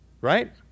right